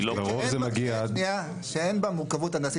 -- לתשתית שאין בה מורכבות הנדסית